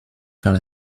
vers